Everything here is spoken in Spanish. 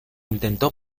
intentó